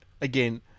Again